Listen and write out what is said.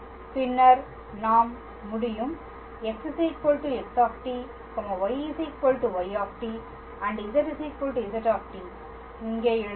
பின்னர் நாம் முடியும் x x y y z z இங்கே எழுதுங்கள்